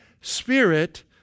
spirit